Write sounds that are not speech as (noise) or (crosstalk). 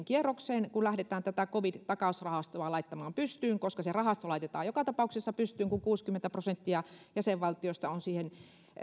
(unintelligible) kierrokseen kun lähdetään tätä covid takausrahastoa laittamaan pystyyn se rahasto laitetaan joka tapauksessa pystyyn kun kuusikymmentä prosenttia jäsenvaltioista on siihen